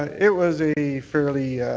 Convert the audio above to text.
it was a fairly